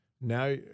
Now